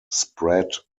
spread